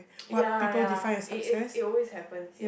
ya ya it is it always happen